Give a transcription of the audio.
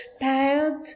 tired